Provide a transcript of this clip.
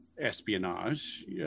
espionage